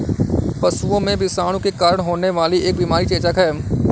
पशुओं में विषाणु के कारण होने वाली एक बीमारी चेचक है